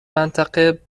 منطقه